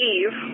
Eve